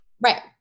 Right